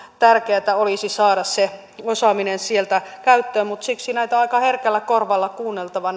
tärkeätä olisi nimenomaan saada se osaaminen sieltä käyttöön siksi näitä puheenvuoroja on aika herkällä korvalla kuunneltava